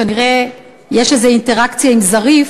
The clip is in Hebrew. כנראה יש איזה אינטראקציה עם זריף,